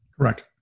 Correct